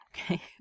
Okay